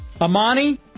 Amani